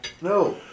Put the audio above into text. No